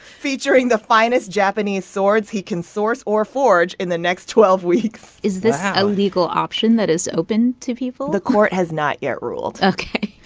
featuring the finest japanese swords he can source or forge in the next twelve weeks wow is this a legal option that is open to people? the court has not yet ruled ok.